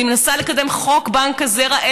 אני מנסה לקדם את חוק בנק הזרע,